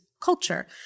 culture